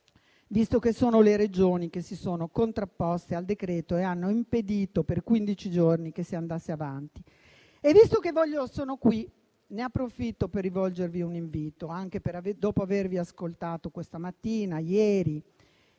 visto che sono le Regioni che si sono contrapposte al decreto-legge e hanno impedito per quindici giorni che si andasse avanti. Visto che sono qui, ne approfitto per rivolgervi un invito, anche dopo avervi ascoltato questa mattina e ieri.